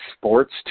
Sports